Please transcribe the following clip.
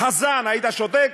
חזן, היית שותק?